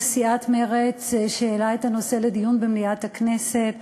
סיעת מרצ שהעלה את הנושא לדיון במליאת הכנסת,